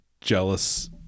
jealous